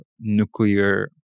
nuclear